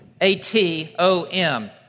A-T-O-M